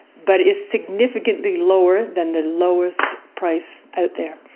but it's significantly lower than the lowest price out there.